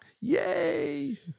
Yay